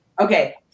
Okay